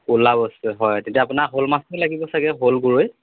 ক'লাও আছে হয় তেতিয়া আপোনাক শ'ল মাছেই লাগিব চাগৈ শ'ল গৰৈ